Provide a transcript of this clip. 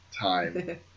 time